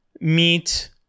meet